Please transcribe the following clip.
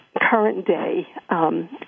current-day